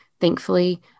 thankfully